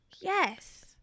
yes